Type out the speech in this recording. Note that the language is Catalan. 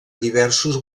diversos